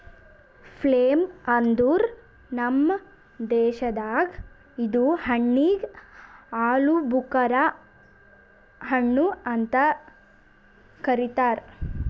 plum ಅಂದುರ್ ನಮ್ ದೇಶದಾಗ್ ಇದು ಹಣ್ಣಿಗ್ ಆಲೂಬುಕರಾ ಹಣ್ಣು ಅಂತ್ ಕರಿತಾರ್